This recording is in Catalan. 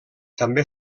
també